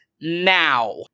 NOW